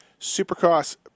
Supercross